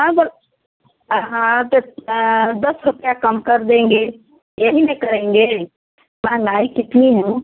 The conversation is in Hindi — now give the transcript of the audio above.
अब हाँ तो दस रुपये कम कर देंगे यही ना करेंगे महँगाई कितनी है